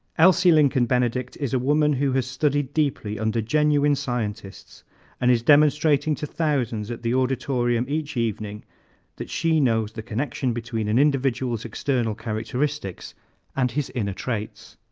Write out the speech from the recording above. elsie lincoln benedict is a woman who has studied deeply under genuine scientists and is demonstrating to thousands at the auditorium each evening that she knows the connection between an individual's external characteristics and his inner traits.